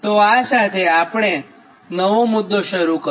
તો આ સાથે આપણે નવો મુદ્દો શરૂ કર્યો